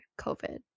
COVID